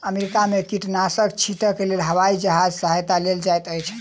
America में कीटनाशक छीटक लेल हवाई जहाजक सहायता लेल जाइत अछि